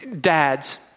Dads